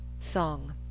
Song